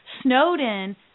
Snowden